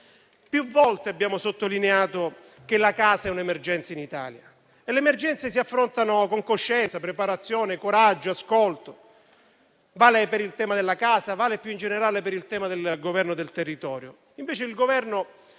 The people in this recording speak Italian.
Più volte abbiamo sottolineato che la casa è un'emergenza in Italia e le emergenze si affrontano con coscienza, preparazione, coraggio e ascolto. Vale per il tema della casa e, più in generale, per quello del governo del territorio. Invece il Governo